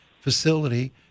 facility